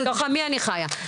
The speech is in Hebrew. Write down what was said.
בתוך עמי אני חיה.